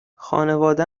خانواده